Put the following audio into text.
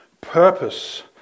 purpose